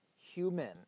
human